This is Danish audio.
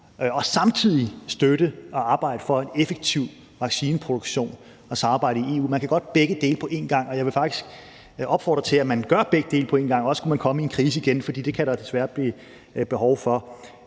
og samtidig støtte og arbejde for en effektiv vaccineproduktion og et samarbejde i EU. Man kan godt begge dele på en gang, og jeg vil faktisk opfordre til, at man gør begge dele på en gang, også hvis man skulle komme i en krise igen, for det kan desværre blive tilfældet.